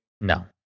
No